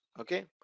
okay